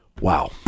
Wow